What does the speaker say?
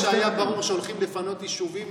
ברגע שהיה ברור לנתניהו שהולכים לפנות יישובים,